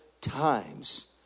times